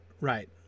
Right